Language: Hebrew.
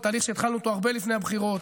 זה תהליך שהתחלנו אותו הרבה לפני הבחירות.